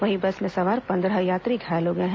वहीं बस में सवार पंद्रह यात्री घायल हो गए हैं